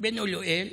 בן אוליאל.